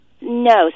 No